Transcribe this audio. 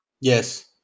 Yes